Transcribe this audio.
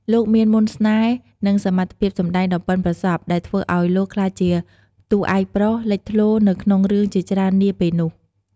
លោកមានមន្តស្នេហ៍ និងសមត្ថភាពសម្តែងដ៏ប៉ិនប្រសប់ ដែលធ្វើឱ្យលោកក្លាយជាតួឯកប្រុសលេចធ្លោនៅក្នុងរឿងជាច្រើននាពេលនោះ។